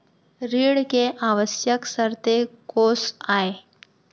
ऋण के आवश्यक शर्तें कोस आय?